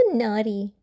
naughty